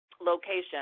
location